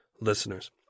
listeners